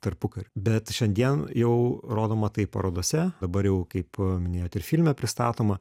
tarpukariu bet šiandien jau rodoma tai parodose dabar jau kaip minėjot ir filme pristatoma